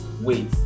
Wait